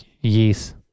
Yes